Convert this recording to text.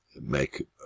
make